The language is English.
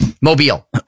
Mobile